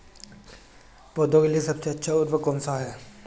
पौधों के लिए सबसे अच्छा उर्वरक कौनसा हैं?